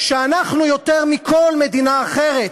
שאנחנו, יותר מכל מדינה אחרת,